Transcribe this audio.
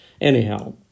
anyhow